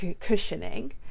cushioning